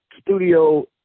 studio